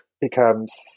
becomes